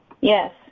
Yes